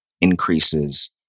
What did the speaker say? increases